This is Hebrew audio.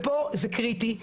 פה זה קריטי.